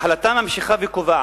החלטה זו,